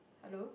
hello